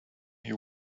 you